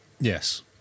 Yes